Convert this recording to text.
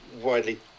widely